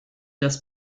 das